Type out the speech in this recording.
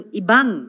ibang